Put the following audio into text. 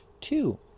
Two